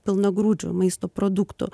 pilnagrūdžių maisto produktų